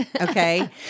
Okay